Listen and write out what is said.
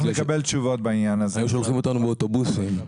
היו שולחים אותנו באוטובוסים.